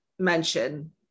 mention